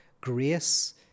grace